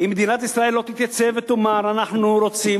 אם מדינת ישראל לא תתייצב ותאמר: אנחנו רוצים